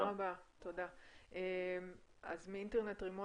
תודה גיל גבריאל מאינטרנט רימון